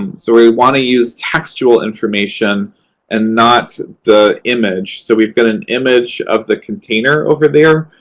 and so, we want to use textual information and not the image. so, we've got an image of the container over there.